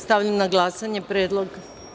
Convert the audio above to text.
Stavljam na glasanje predlog.